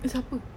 because apa